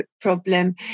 problem